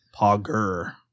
pogger